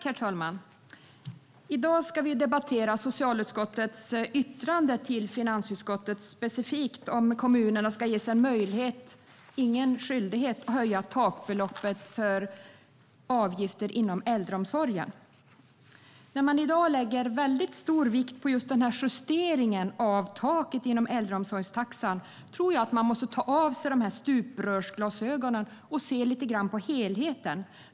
Herr talman! I dag debatterar vi socialutskottets yttrande till finansutskottet specifikt om kommunerna ska ges en möjlighet, inte skyldighet, att höja takbeloppet för avgifter inom äldreomsorgen. När man i dag lägger stor vikt vid just justeringen av taket inom äldreomsorgstaxan tror jag att man måste ta av sig stuprörsglasögonen och se lite grann på helheten.